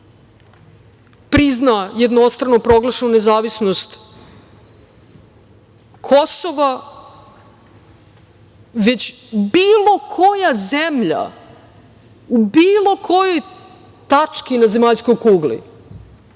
prizna jednostrano proglašenu nezavisnost Kosova, već bilo koja zemlja, u bilo kojoj tački na zemaljskoj kugli,